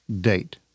date